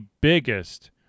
biggest